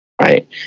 right